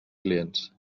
clients